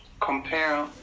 compare